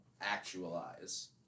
actualize